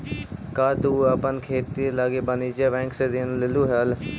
का तु अपन खेती लागी वाणिज्य बैंक से ऋण लेलहुं हल?